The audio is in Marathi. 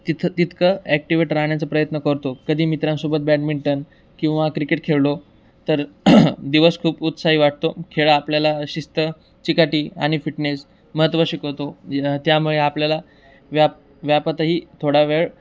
तिथं तितकं ॲक्टिवेट राहण्याचा प्रयत्न करतो कधी मित्रांसोबत बॅडमिंटन किंवा क्रिकेट खेळलो तर दिवस खूप उत्साही वाटतो खेळ आपल्याला शिस्त चिकाटी आणि फिटनेस महत्त्व शिकवतो त्यामुळे आपल्याला व्याप व्यापातही थोडा वेळ